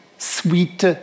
sweet